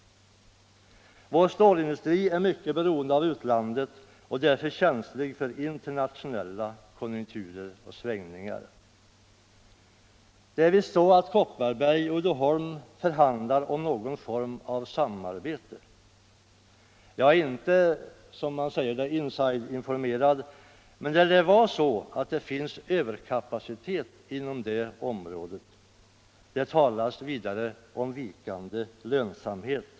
Vår stålindustri är mycket beroende av utlandet och därför känslig för internationella konjunkturer och svängningar. Det är visst så att Kopparberg och Uddeholm förhandlar om någon form av samarbete. Jag är inte som man säger inside-informerad, men det lär vara så att det finns överkapacitet inom det området. Det talas vidare om vikande lönsamhet.